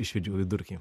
išvedžiau vidurkį